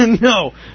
No